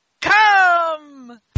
come